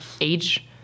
age